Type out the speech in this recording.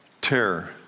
terror